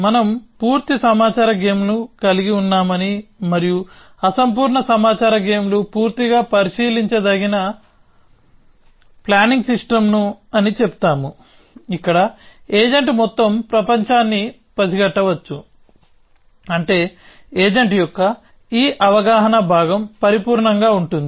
మనం పూర్తి సమాచార గేమ్లను కలిగి ఉన్నామని మరియు అసంపూర్ణ సమాచార గేమ్లు పూర్తిగా పరిశీలించదగిన ప్లానింగ్ సిస్టమ్ అని చెప్పాము ఇక్కడ ఏజెంట్ మొత్తం ప్రపంచాన్ని పసిగట్టవచ్చు అంటే ఏజెంట్ యొక్క ఈ అవగాహన భాగం పరిపూర్ణంగా ఉంటుంది